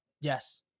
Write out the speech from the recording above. Yes